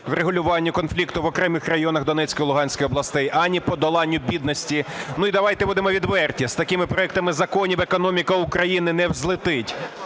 врегулюванню конфлікту в окремих районах Донецької, Луганської областей, ані подоланню бідності. І давайте будемо відверті, з такими проектами законів економіка України не злетить.